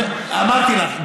אמרתי לך,